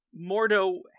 Mordo